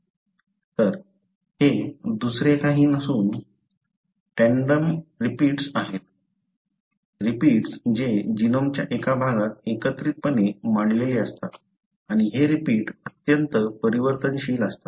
तर हे दुसरे काहीही नसून टॅन्डम रिपीट्स आहे रिपीट्स जे जीनोमच्या एका भागात एकत्रितपणे मांडलेले असतात आणि हे रिपीट अत्यंत परिवर्तनशील असतात